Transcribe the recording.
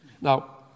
Now